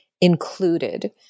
included